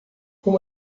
como